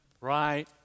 right